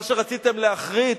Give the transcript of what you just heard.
מה שרציתם להכרית,